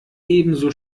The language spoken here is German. ebenso